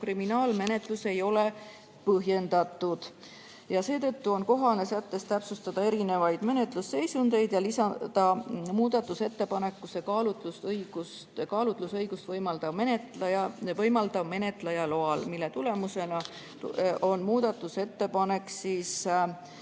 kriminaalmenetlus, ei ole põhjendatud. Seetõttu on kohane sättes täpsustada erinevaid menetlusseisundeid ja lisada muudatusettepanekusse kaalutlusõiguse võimaldamine menetleja loal. Selle tulemusena on muudatusettepanek ka